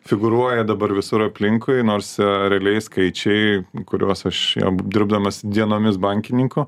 figūruoja dabar visur aplinkui nors realiai skaičiai kuriuos aš jam dirbdamas dienomis bankininko